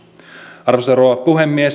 arvoisa rouva puhemies